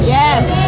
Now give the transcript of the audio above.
yes